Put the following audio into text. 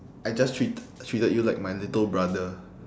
I just treat~ treated you like my little brother